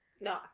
No